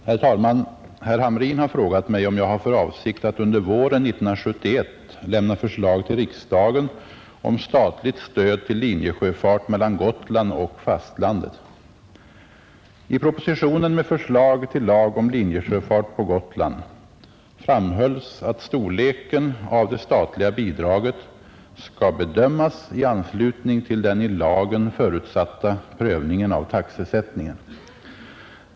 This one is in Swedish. Herr talman! Herr Hamrin har frågat mig om jag har för avsikt att under våren 1971 lämna förslag till riksdagen om statligt stöd till linjesjöfart mellan Gotland och fastlandet. I propositionen med förslag till lag om linjesjöfart på Gotland framhölls att storleken av det statliga bidraget skall bedömas i anslutning till den i lagen förutsatta prövningen av taxesättningen.